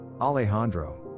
Alejandro